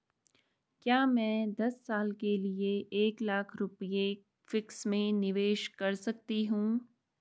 क्या मैं दस साल के लिए एक लाख रुपये फिक्स में निवेश कर सकती हूँ?